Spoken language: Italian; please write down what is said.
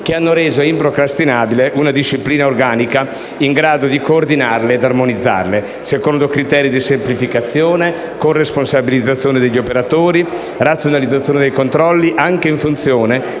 che hanno reso improcrastinabile una disciplina organica in grado di coordinarle ed armonizzarle, secondo criteri di semplificazione, corresponsabilizzazione degli operatori, razionalizzazione dei controlli anche in funzione